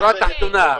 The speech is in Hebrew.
שורה תחתונה,